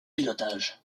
pilotage